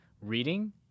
reading